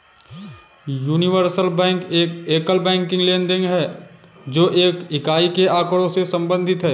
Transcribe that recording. universal bank एक एकल banking लेनदेन है, जो एक इकाई के आँकड़ों से संबंधित है